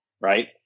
right